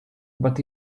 but